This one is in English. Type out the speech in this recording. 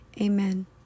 Amen